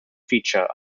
feature